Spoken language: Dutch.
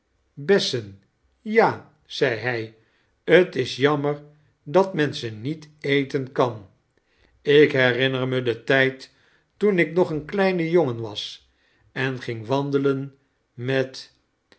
bessen ja zei hij t is janimer dat men ze niet eten kan ik j herinner me den tijd toen ik nog j een kleine jongen was en ging wandelen met